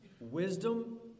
wisdom